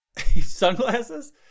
sunglasses